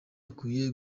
akwiye